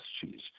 cheese